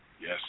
yes